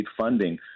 funding